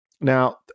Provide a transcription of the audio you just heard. Now